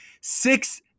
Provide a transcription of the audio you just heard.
six